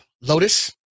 Lotus